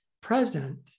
present